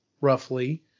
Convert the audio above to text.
roughly